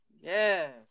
Yes